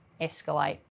escalate